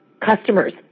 customers